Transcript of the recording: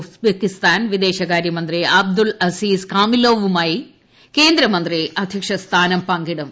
Uzbekistan വിദേശകാര്യമന്ത്രി Abdul Aziz കാമിലോവുമായി കേന്ദ്രമന്ത്രി അധ്യക്ഷ സ്ഥാനം പങ്കിടും